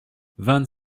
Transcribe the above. vingt